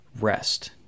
rest